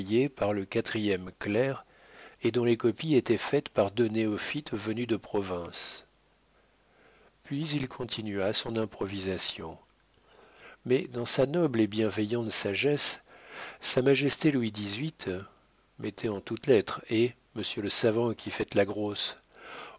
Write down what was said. par le quatrième clerc et dont les copies étaient faites par deux néophytes venus de province puis il continua son improvisation mais dans sa noble et bienveillante sagesse sa majesté louis dix-huit mettez en toutes lettres hé monsieur le savant qui faites la grosse